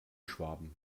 schwaben